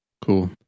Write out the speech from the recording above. Cool